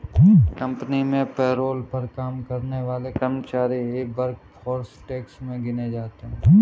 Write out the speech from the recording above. company में payroll पर काम करने वाले कर्मचारी ही वर्कफोर्स टैक्स में गिने जाते है